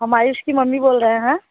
हम आयुष की मम्मी बोल रहे हैं